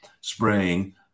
spraying